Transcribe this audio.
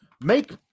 make